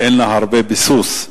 שאין לה הרבה ביסוס.